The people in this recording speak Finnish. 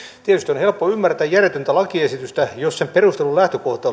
tietysti on helppo ymmärtää järjetöntä lakiesitystä jos sen perustelun lähtökohta